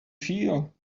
feel